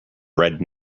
bread